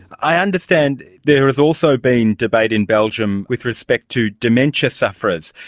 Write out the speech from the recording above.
i understand there has also been debate in belgium with respect to dementia sufferers.